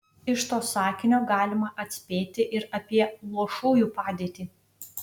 iš to sakinio galima atspėti ir apie luošųjų padėtį